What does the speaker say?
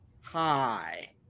hi